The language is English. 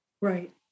Right